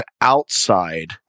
outside